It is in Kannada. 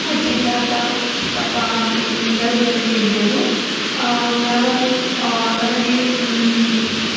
ಅಜ್ಜಿ ತಾತ ಚಿಕ್ಕಪ್ಪ ಆಂಟಿ ಎಲ್ಲರೂ ಜೊತೆಗೇ ಇದ್ದೇವೆ ನಾನು ನನಗೆ